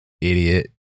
idiot